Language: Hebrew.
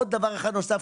עוד דבר נוסף,